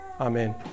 Amen